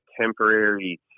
temporary